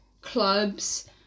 Clubs